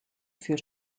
für